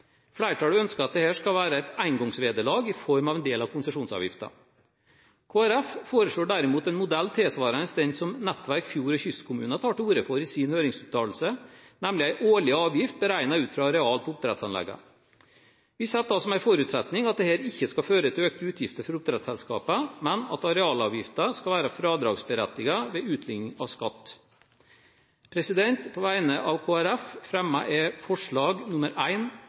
Flertallet ønsker at dette skal være et engangsvederlag i form av en del av konsesjonsavgiften. Kristelig Folkeparti foreslår derimot en modell tilsvarende den som Nettverk fjord- og kystkommuner tar til orde for i sin høringsuttalelse, nemlig en årlig avgift beregnet ut fra areal på oppdrettsanleggene. Vi setter da som en forutsetning at dette ikke skal føre til økte utgifter for oppdrettsselskapene, men at arealavgiften skal være fradragsberettiget ved utligning av skatt. På vegne av